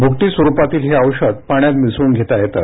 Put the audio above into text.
भुकटी स्वरुपातील हे औषध पाण्यात मिसळून घेता येतं